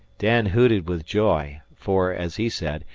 dan hooted with joy, for, as he said,